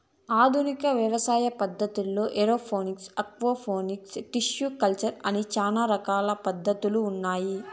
ఆధునిక వ్యవసాయ పద్ధతుల్లో ఏరోఫోనిక్స్, ఆక్వాపోనిక్స్, టిష్యు కల్చర్ ఇలా చానా రకాల పద్ధతులు ఉన్నాయి